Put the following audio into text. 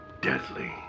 deadly